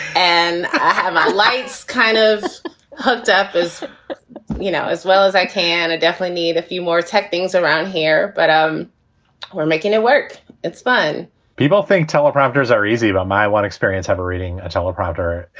and i had my lights kind of hooked up, as you know as well as i can definitely need a few more tech things around here, but we're making it work it's fun people think teleprompters are easy. but my one experience, i'm reading a teleprompter.